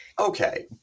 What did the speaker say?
Okay